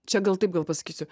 čia gal taip gal pasakysiu